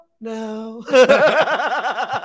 no